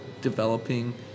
developing